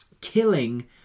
Killing